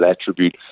attribute